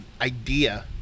idea